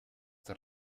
der